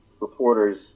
reporters